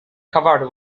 covered